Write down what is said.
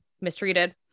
mistreated